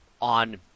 on